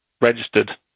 registered